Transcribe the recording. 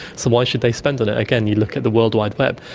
so why should they spend on it. again, you look at the world wide web,